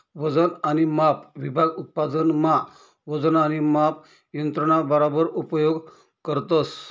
वजन आणि माप विभाग उत्पादन मा वजन आणि माप यंत्रणा बराबर उपयोग करतस